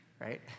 right